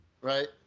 right